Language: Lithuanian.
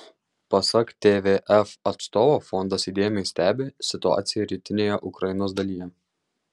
pasak tvf atstovo fondas įdėmiai stebi situaciją rytinėje ukrainos dalyje